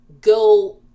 go